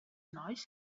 nois